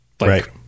right